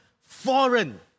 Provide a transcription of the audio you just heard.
foreign